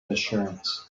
assurance